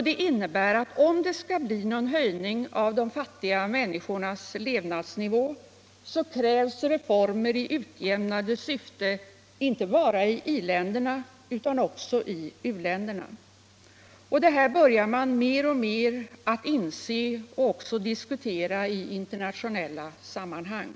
Det innebär, att om det skall bli någon höjning av de fattiga människornas levnadsnivå, så krävs reformer i utjämnande syfte inte bara i i-länderna utan också i u-länderna. Deua börjar man mer och mer alt inse och nu också diskutera i internationella sammanhang.